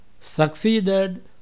succeeded